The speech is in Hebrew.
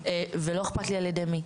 ולא איכפת לי על ידי מי.